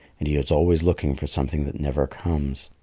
and he is always looking for something that never comes,